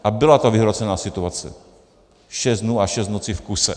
A byla to vyhrocená situace, šest dnů a šest nocí v kuse.